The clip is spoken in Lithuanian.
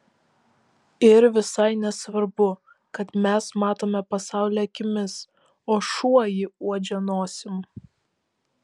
ir visai nesvarbu kad mes matome pasaulį akimis o šuo jį uodžia nosim